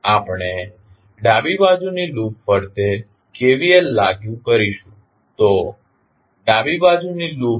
આપણે ડાબી બાજુની લૂપ ફરતે KVL લાગુ કરીશું તો આ ડાબી બાજુની લૂપ છે